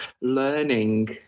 learning